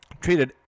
treated